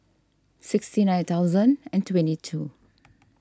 sixty nine thousand and twenty two